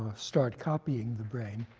ah start copying the brain,